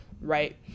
right